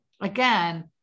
again